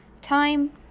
time